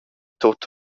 tut